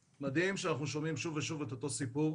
מדהים שאנחנו שומעים שוב ושוב את אותו סיפור,